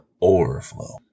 overflow